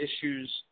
issues